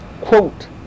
quote